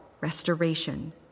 restoration